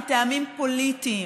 מטעמים פוליטיים.